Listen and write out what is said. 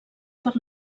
per